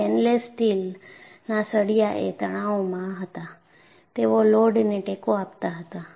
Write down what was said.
stainless સ્ટીલના સળિયા એ તણાવમાં હતા તેઓ લોડને ટેકો આપતા હતા